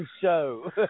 show